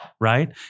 right